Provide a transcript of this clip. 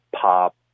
pop